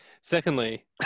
Secondly